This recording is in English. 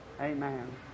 Amen